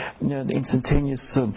instantaneous